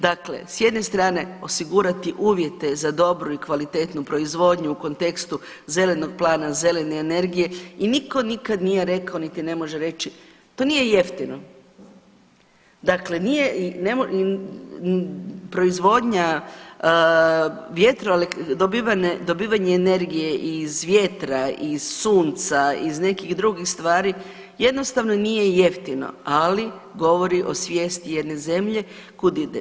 Dakle, s jedne strane osigurati uvjete za dobru i kvalitetnu proizvodnju u kontekstu zelenog plana, zelene energije i niko nikada nije rekao i niti ne može reći to nije jeftino, dakle nije proizvodnja dobivanje energije iz vjetra, iz sunca, iz nekih drugih stvari jednostavno nije jeftino, ali govori o svijesti jedne zemlje kud ide.